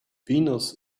venus